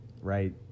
right